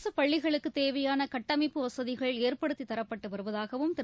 அரசுபள்ளிகளுக்குதேவையானகட்டமைப்பு வசதிகள் ஏற்படுத்திதரப்பட்டுவருவதாகவும் திரு